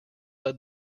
led